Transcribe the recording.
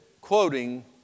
quoting